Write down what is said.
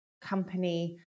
company